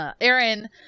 Aaron